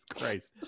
Christ